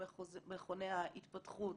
במכוני ההתפתחות,